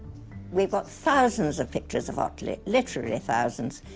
we've got thousands of pictures of otley, literally thousands,